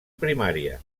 primària